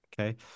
okay